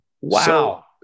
Wow